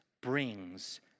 brings